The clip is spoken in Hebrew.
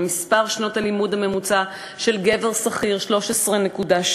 מספר שנות הלימוד הממוצע של גבר שכיר הוא 13.8,